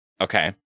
Okay